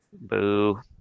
Boo